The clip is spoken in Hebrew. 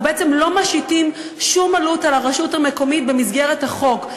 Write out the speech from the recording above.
אנחנו בעצם לא משיתים שום עלות על הרשות המקומית במסגרת החוק.